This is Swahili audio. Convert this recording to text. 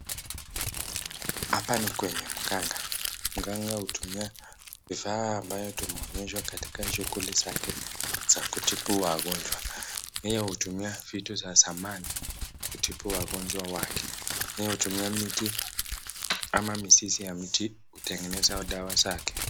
Hapa ni kwenye mganga. Mganga hutumia vifaa ambayo tumeonyeshwa katika shughuli zake za kutibu wagonjwa. Yeye hutumia vitu za zamani kutibu wagonjwa wake. Yeye hutumia miti ama mizizi ya mti kutengeneza dawa zake.